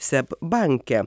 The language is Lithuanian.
seb banke